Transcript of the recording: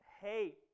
hate